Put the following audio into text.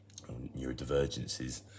neurodivergences